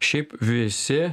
šiaip visi